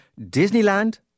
Disneyland